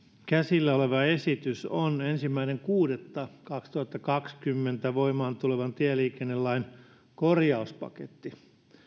käsillä oleva esitys on ensimmäinen kuudetta kaksituhattakaksikymmentä voimaan tulevan tieliikennelain korjauspaketti